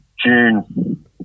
June